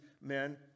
men